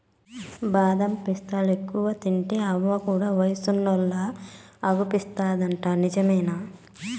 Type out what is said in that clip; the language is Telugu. బాదం పిస్తాలెక్కువ తింటే అవ్వ కూడా వయసున్నోల్లలా అగుపిస్తాదంట నిజమేనా